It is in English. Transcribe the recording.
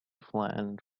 flattened